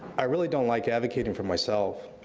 i really don't like advocating for myself.